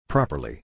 Properly